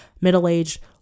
middle-aged